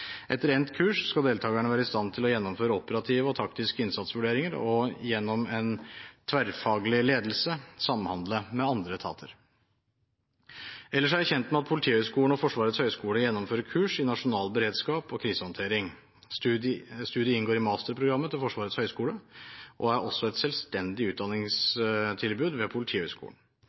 Etter endt kurs skal deltagerne være i stand til å gjennomføre operative og taktiske innsatsvurderinger og gjennom en tverrfaglig ledelse samhandle med andre etater. Ellers er jeg kjent med at Politihøgskolen og Forsvarets høgskole gjennomfører kurs i nasjonal beredskap og krisehåndtering. Studiet inngår i masterprogrammet til Forsvarets høgskole og er også et selvstendig utdanningstilbud ved Politihøgskolen.